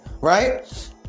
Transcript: right